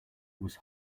was